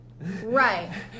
Right